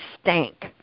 stank